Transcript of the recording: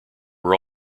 were